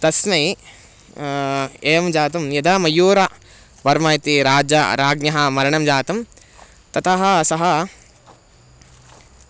तस्मै एवं जातं यदा मयूरवर्मा इति राजा राज्ञः मरणं जातं ततः सः